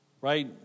right